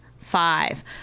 five